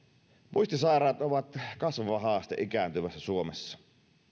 muistisairaat ovat kasvava haaste ikääntyvässä suomessa